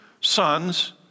sons